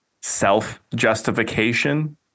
self-justification